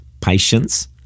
patience